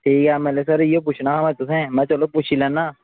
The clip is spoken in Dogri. ठीक ऐ एमएलए सर इयै पुच्छना हा तुसेंगी में हा पुच्छी लैनां